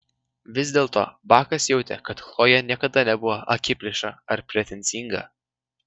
vis dėlto bakas jautė kad chlojė niekada nebuvo akiplėša ar pretenzinga